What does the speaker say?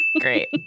Great